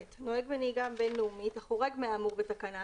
(ט) נוהג בנהיגה בין-לאומית החורג מהאמור בתקנה